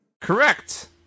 Correct